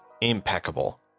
impeccable